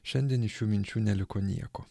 šiandien iš šių minčių neliko nieko